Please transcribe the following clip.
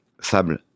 sable